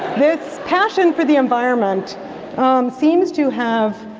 this passion for the environment seems to have